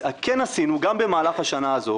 כן עשינו גם במהלך השנה הזו,